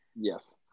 Yes